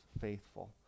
faithful